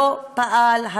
לא פעל,